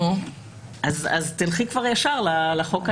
אז כבר תלכי ישר לחוק העיקרי.